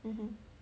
mmhmm